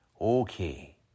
Okay